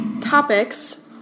topics